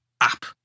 App